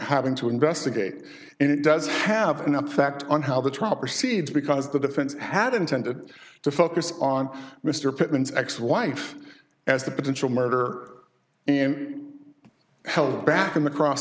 having to investigate and it does have an effect on how the trial proceeds because the defense had intended to focus on mr pitman's ex wife as the potential murderer and held him back in the cross